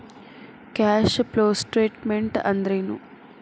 Cash flow statement ಅಂದ್ರೇನು?